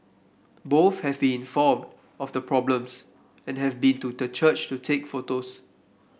both have been informed of the problems and have been to the church to take photos